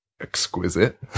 exquisite